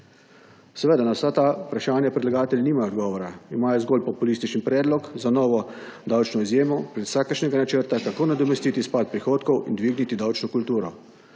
zase? Na vsa ta vprašanja predlagatelji nimajo odgovora. Imajo zgolj populistični predlog za novo davčno izjemo brez vsakršnega načrta, kako nadomestiti izpad prihodkov in dvigniti davčno kulturo.